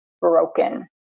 broken